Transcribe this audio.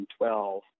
2012